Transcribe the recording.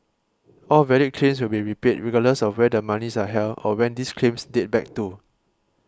all valid claims will be repaid regardless of where the monies are held or when these claims date back to